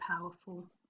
powerful